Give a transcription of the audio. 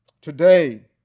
Today